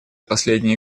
последние